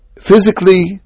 Physically